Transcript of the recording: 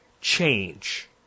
change